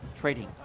trading